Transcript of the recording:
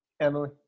Emily